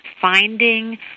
finding